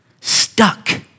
stuck